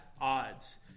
odds